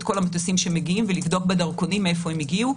כל המטוסים שמגיעים ולבדוק בדרכונים מאיפה הם הגיעו.